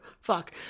Fuck